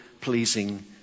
pleasing